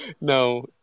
No